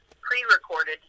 pre-recorded